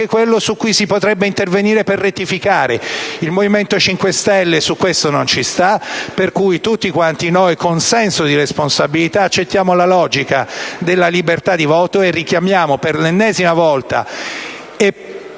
quello su cui si potrebbe intervenire per rettificare. Il Movimento 5 Stelle su questo non ci sta. Per questo tutti quanti noi, con senso di responsabilità, accettiamo la logica della libertà di voto e richiamiamo per l'ennesima volta